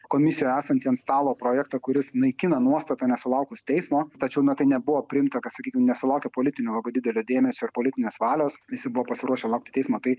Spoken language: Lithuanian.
komisijoj esantį ant stalo projektą kuris naikina nuostatą nesulaukus teismo tačiau na tai nebuvo priimta kad sakykim nesulaukė politinio labai didelio dėmesio ir politinės valios visi buvo pasiruošę laukti teismo tai